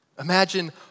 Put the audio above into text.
Imagine